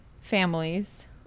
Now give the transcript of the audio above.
families